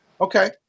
Okay